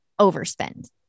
overspend